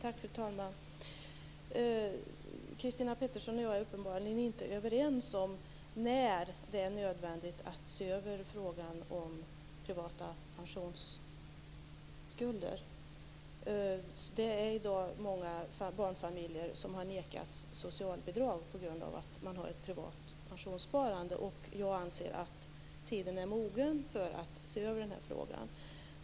Fru talman! Christina Pettersson och jag är uppenbarligen inte överens om när det är nödvändigt att se över frågan om privata pensionsskulder. Det finns i dag många barnfamiljer som har nekats socialbidrag på grund av att de har ett privat pensionssparande. Jag anser att tiden är mogen för att se över den här frågan.